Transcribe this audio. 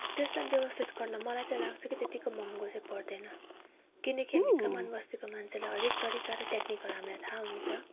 त्यसलाई व्यवस्थित गर्न मलाई चाहिँ लाग्छ त्यतिको महँगो चाहिँ पर्दैन किनकि हामी कमान बस्तीको मान्छेलाई हरेक तरिका र टेक्निकहरू हामीलाई थाहा हुन्छ